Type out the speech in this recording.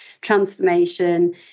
transformation